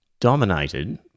dominated